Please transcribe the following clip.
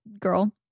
girl